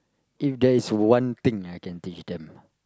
if there is one thing I can teach them